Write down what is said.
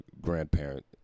grandparent